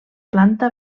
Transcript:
planta